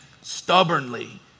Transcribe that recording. stubbornly